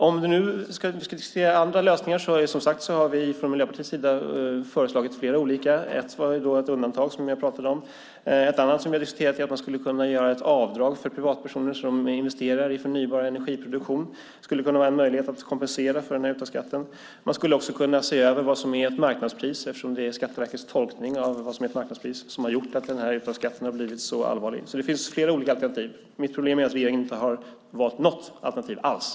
Om vi nu ska diskutera andra lösningar har vi, som sagt, från Miljöpartiets sida flera olika förslag. Ett förslag gäller undantag, som jag tidigare nämnde. Ett annat förslag som vi diskuterat är att man kunde göra avdrag för privatpersoner som investerar i förnybar energiproduktion. Det skulle kunna vara en möjlighet att kompensera för uttagsskatten. Man skulle också kunna se över frågan om marknadspriset eftersom det är Skatteverkets tolkning av vad som är ett marknadspris som gjort att uttagsskatten blivit så allvarlig. Det finns alltså flera olika alternativ. Problemet är att regeringen inte valt något alternativ alls.